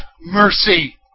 mercy